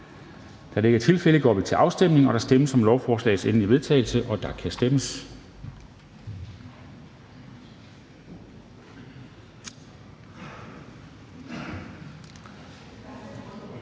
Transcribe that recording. Det er der ikke. Så går vi til afstemning, og der stemmes om lovforslagets endelige vedtagelse, eller er der